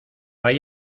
hay